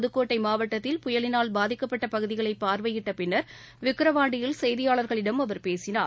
புதுக்கோட்டைமாவட்டத்தில் புயலினால் பாதிக்கப்பட்டபகுதிகளைபார்வையிட்டபின்னர் விக்கிரவாண்டியில் செய்தியாளர்களிடம் அவர் பேசினார்